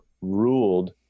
ruled